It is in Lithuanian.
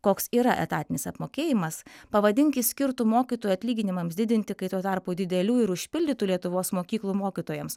koks yra etatinis apmokėjimas pavadink jį skirtu mokytojų atlyginimams didinti kai tuo tarpu didelių ir užpildytų lietuvos mokyklų mokytojams